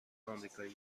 آمریکایی